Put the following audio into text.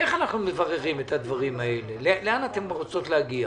נעשה את הדיון קצר.